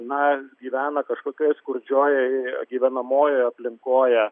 na gyvena kažkokioje skurdžioje gyvenamojoje aplinkoje